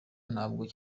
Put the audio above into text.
ntabwo